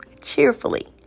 cheerfully